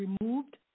removed